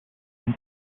and